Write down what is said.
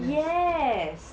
yes